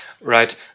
Right